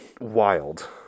wild